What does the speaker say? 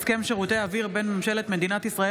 הסכם שירותי אוויר בין ממשלת מדינת ישראל